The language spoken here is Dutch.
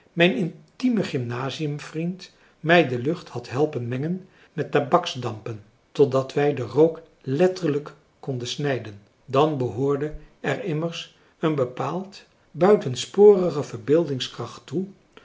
mijn intieme gymnasiumvriend mij de lucht had helpen mengen met tabaksdampen totdat wij de rook letterlijk konden snijden dan behoorde er immers een bepaald buitensporige verbeeldingskracht toe